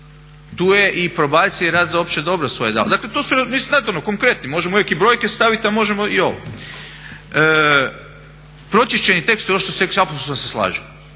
tu je i probacija i rad za opće dobro svoje dalo. To su konkretni možemo neke i brojke staviti, a možemo i ovo. Pročišćeni tekst ono što ste rekli apsolutno se slažem.